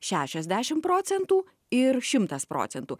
šešiasdešim procentų ir šimtas procentų